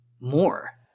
more